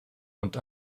und